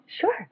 Sure